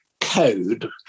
code